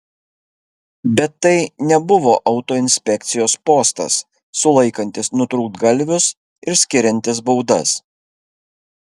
bet tai nebuvo autoinspekcijos postas sulaikantis nutrūktgalvius ir skiriantis baudas